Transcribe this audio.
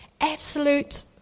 absolute